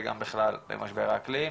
וגם בכלל במשבר האקלים.